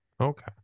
Okay